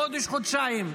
חודש-חודשיים,